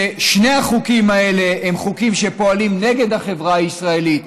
שני החוקים האלה הם חוקים שפועלים נגד החברה הישראלית,